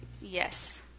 Yes